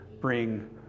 bring